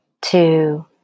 two